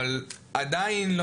אבל עדיין,